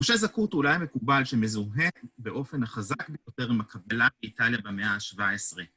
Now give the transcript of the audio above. משה זכות הוא אולי המקובל שמזוהה באופן החזק ביותר עם הקבלה באיטליה במאה ה-17.